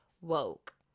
woke